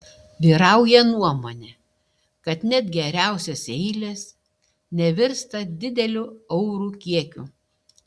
vyrauja nuomonė kad net geriausios eilės nevirsta dideliu eurų kiekiu